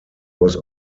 was